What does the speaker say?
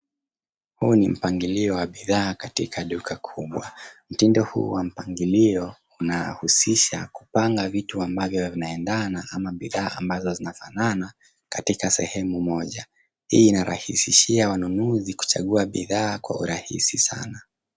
Huu ni mpangilio wa bidhaa katika duka kubwa. Mtindo huu wa mpangilio unahusisha kupanga vitu ambavyo vinavyoendeana ama bidhaa ambazo zinafanana katika sehemu moja. Hii inarahisishia wanunuzi kuchagua bidhaa kwa uarahisi sana.